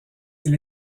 elle